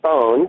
phone